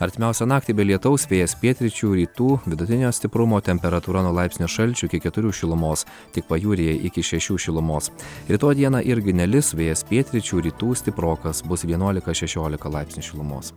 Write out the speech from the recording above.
artimiausią naktį be lietaus vėjas pietryčių rytų vidutinio stiprumo temperatūra nuo laipsnio šalčio iki keturių šilumos tik pajūryje iki šešių šilumos rytoj dieną irgi nelis vėjas pietryčių rytų stiprokas bus vienuolika šešiolika laipsnių šilumos